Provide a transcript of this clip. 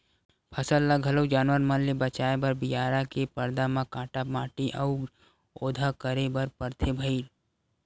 फसल ल घलोक जानवर मन ले बचाए बर बियारा के परदा म काटा माटी अउ ओधा करे बर परथे भइर